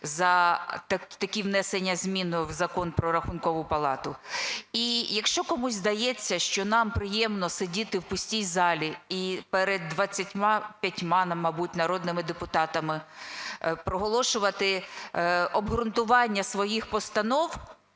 за такі внесення змін в Закон "Про Рахункову палату". І якщо комусь здається, що нам приємно сидіти в пустій залі і перед 25-ма, мабуть, народними депутатами проголошувати обґрунтування своїх постанов,